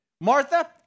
Martha